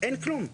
אין כלום.